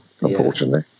unfortunately